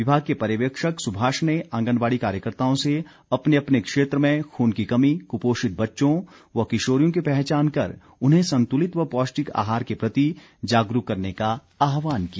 विभाग के पर्यवेक्षक सुभाष ने आंगनबाड़ी कार्यकर्ताओं से अपने अपने क्षेत्र में खून की कमी कुपोषित बच्चों व किशोरियों की पहचान कर उन्हें संतुलित व पौष्टिक आहार के प्रति जागरूक करने का आहवान किया